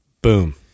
Boom